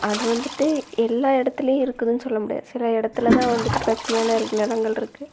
அது வந்துட்டு எல்லா இடத்துலையும் இருக்குதுன்னு சொல்ல முடியாது சில இடத்துலதான் வந்துட்டு பசுமையான நிலங்கள்ருக்கு